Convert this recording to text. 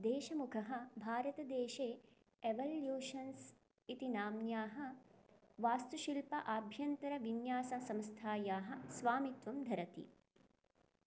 देशमुखः भारतदेशे एवल्यूशन्स् इति नाम्न्याः वास्तुशिल्प आभ्यन्तरविन्याससंस्थायाः स्वामित्वं धरति